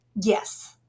Yes